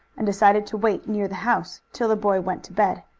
and decided to wait near the house till the boy went to bed.